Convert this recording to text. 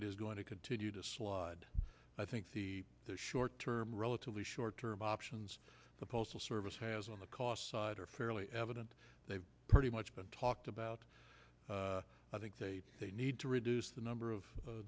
it is going to continue to slide i think the short term relatively short term options the postal service has on the cost side are fairly evident they pretty much been talked about i think they need to reduce the number of